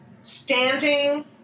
standing